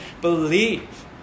believe